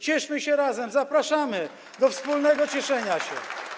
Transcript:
Cieszmy się razem, zapraszamy do wspólnego cieszenia się.